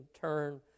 turn